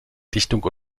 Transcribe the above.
dichtung